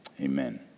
Amen